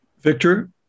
Victor